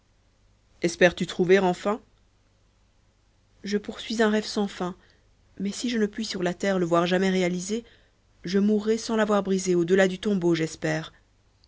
espères-tu trouver enfin je poursuis un rêve sans fin mais si je ne puis sur la terre le voir jamais réalisé je mourrai sans l'avoir brisé au-delà du tombeau j'espère